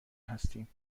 هستیم